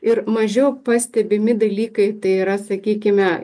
ir mažiau pastebimi dalykai tai yra sakykime